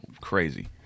crazy